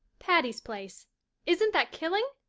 patty's place isn't that killing?